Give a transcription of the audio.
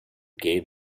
gave